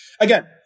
Again